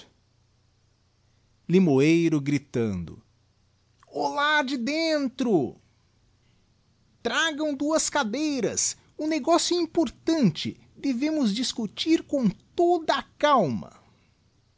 limoeiro gritando olá de dentro tragam digiti zedby google duas cadeiras o negocio é importante devemos discutir com toda a calma